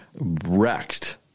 Wrecked